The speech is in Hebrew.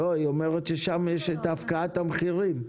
לא, היא אומרת ששם יש את הפקעת המחירים.